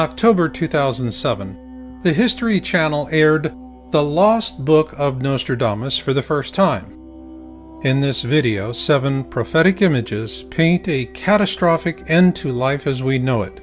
october two thousand and seven the history channel aired the last book of no stor dahmus for the first time in this video seven prophetic images paint a catastrophic end to life as we know it